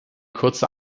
kurze